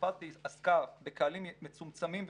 התופעה הזאת עסקה בקהלים מצומצמים ומשוכנעים,